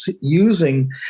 using